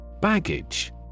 Baggage